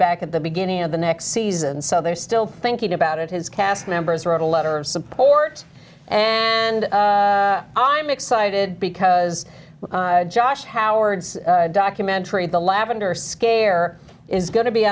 back at the beginning of the next season so they're still thinking about it his cast members wrote a letter of support and i'm excited because josh howard's documentary the lavender scare is going to be